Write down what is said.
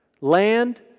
Land